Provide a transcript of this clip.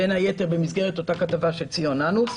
בין היתר באותה כתבה של ציון נאנוס.